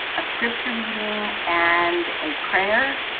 a scripture, reading and a prayer.